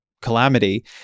Calamity